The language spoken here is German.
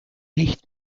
nicht